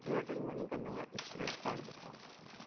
Airtel money کا نیا scratch card دکھاؤ